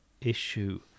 issue